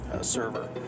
server